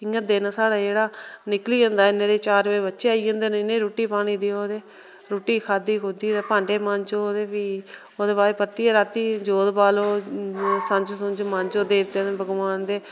इयां दिन साढ़ा जेहड़ा निकली जंदा इन्ने चिरें गी चार बजे बच्चे आई जंदे न इनेंगी रुट्टी पानी देओ रुट्टी खाद्धी ते भांडे मांजो ते फ्ही ओहदे बाद परतिये राती जोत बा्ल्लो संज मांजो देबतें दे भगवान दे